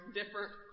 different